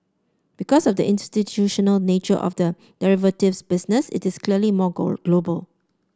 because of the institutional nature of the derivatives business it is clearly more goal global